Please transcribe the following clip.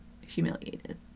humiliated